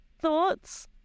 Thoughts